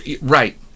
Right